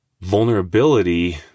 Vulnerability